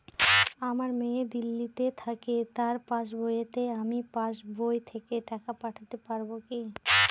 আমার মেয়ে দিল্লীতে থাকে তার পাসবইতে আমি পাসবই থেকে টাকা পাঠাতে পারব কি?